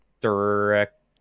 direct